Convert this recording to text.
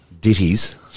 ditties